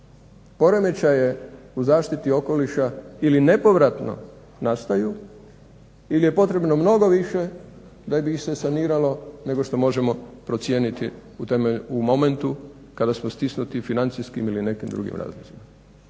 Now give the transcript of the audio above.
poremećaje u zaštiti okoliša ili nepovratno nastaju ili je potrebno mnogo više da bi ih se saniralo nego što možemo procijeniti u momentu kada smo stisnuti financijskim ili nekim drugim razlozima.